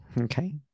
Okay